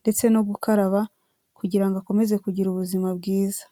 ndetse no gukaraba kugirango akomeze kugira ubuzima bwiza.